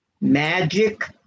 Magic